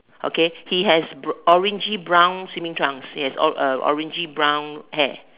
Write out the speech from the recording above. okay he has br~ orange brown swimming trunks yes or~ uh orangey brown hair